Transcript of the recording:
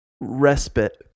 respite